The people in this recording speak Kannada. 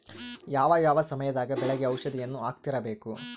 ಯಾವ ಯಾವ ಸಮಯದಾಗ ಬೆಳೆಗೆ ಔಷಧಿಯನ್ನು ಹಾಕ್ತಿರಬೇಕು?